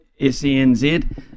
SENZ